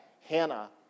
Hannah